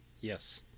Yes